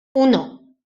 uno